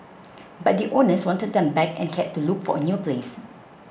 but the owners wanted them back and he had to look for a new place